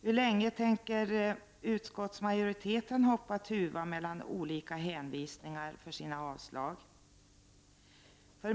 Hur länge tänker utskottsmajoriteten hoppa tuva mellan olika hänvisningar för sina avslag?